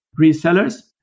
resellers